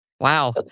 wow